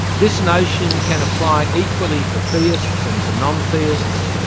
this notion can apply equally for theists and for non-theists,